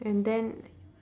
and then